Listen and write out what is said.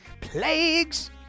Plagues